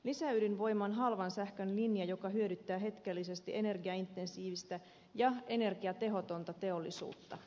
lisäydinvoiman halvan sähkön linja hyödyttää hetkellisesti energiaintensiivistä ja energiatehotonta teollisuutta